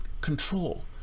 control